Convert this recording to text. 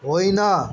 होइन